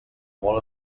molt